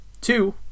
two